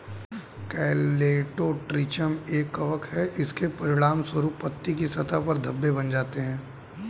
Colletotrichum एक कवक है, इसके परिणामस्वरूप पत्ती की सतह पर धब्बे बन जाते हैं